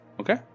Okay